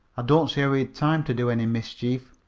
don't see how he had time to do any mischief.